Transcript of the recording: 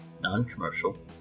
Non-Commercial